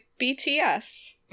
BTS